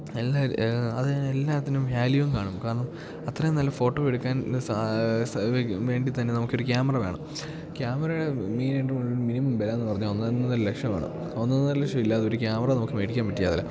എല്ലാ അത് എല്ലാത്തിനും വ്യാലുവും കാണും കാരണം അത്രയും നല്ല ഫോട്ടോ എടുക്കാൻ വേണ്ടി തന്നെ നമുക്കൊരു ക്യാമറ വേണം ക്യാമറയുടെ മിനിമം വിലയെന്നു പറഞ്ഞാൽ ഒന്നൊന്നര ലക്ഷമാണ് ഒന്നന്നര ലക്ഷം ഇല്ലാതെ ഒരു ക്യാമറ നമുക്ക് മേടിക്കാൻ പറ്റില്ല